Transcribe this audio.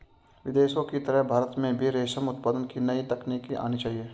विदेशों की तरह भारत में भी रेशम उत्पादन की नई तकनीक आनी चाहिए